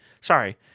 Sorry